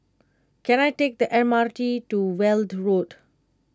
can I take the M R T to Weld Road